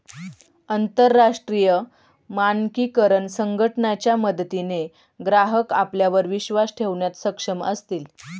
अंतरराष्ट्रीय मानकीकरण संघटना च्या मदतीने ग्राहक आपल्यावर विश्वास ठेवण्यास सक्षम असतील